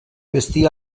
vestir